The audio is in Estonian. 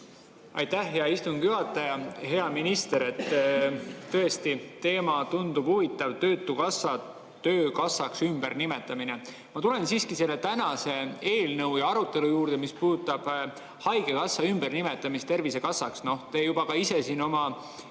Aitäh, hea istungi juhataja! Hea minister! Tõesti, teema tundub huvitav: töötukassa töökassaks nimetamine. Ma tulen siiski selle tänase eelnõu ja arutelu juurde, mis puudutab haigekassa ümbernimetamist tervisekassaks. Te ka ise oma